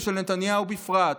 ושל נתניהו בפרט,